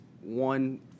one